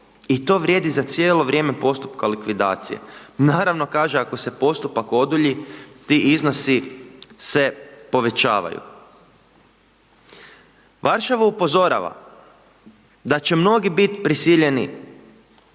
i to vrijedi za cijelo vrijeme postupka likvidacije. Naravno, kaže, ako se postupak odulju, ti iznosi se povećavaju. Varšava upozorava da će mnogi biti prisiljeni